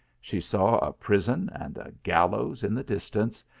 she saw a prison and a gallows in the distance,